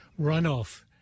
runoff